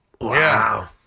Wow